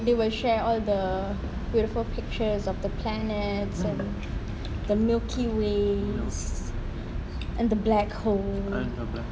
they will share all the beautiful pictures of the planets in the milky way and the black hole